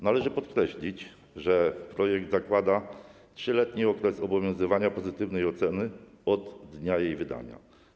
Należy podkreślić, że projekt zakłada 3-letni okres obowiązywania pozytywnej oceny, licząc od dnia jej wydania.